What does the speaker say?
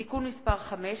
(תיקון מס' 5),